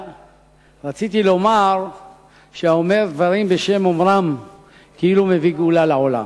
רציתי לומר שהאומר דברים בשם אומרם כאילו מביא גאולה לעולם,